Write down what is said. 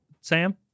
Sam